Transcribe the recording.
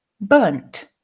burnt